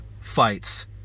fights